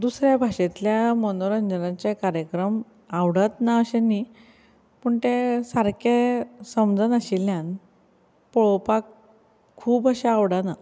दुसऱ्या भाशेंतल्या मनोरंजनाचे कार्यक्रम आवडच ना अशें न्ही पूण ते सारके समजनाशिल्ल्यान पळोवपाक खूब अशें आवडना